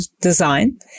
design